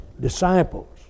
disciples